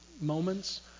moments